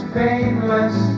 painless